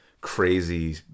crazy